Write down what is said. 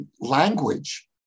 language